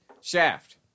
Shaft